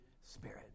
Spirit